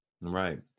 Right